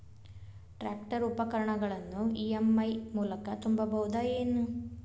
Tractor ಉಪಕರಣಗಳನ್ನು EMI ಮೂಲಕ ತುಂಬಬಹುದ ಏನ್?